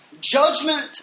Judgment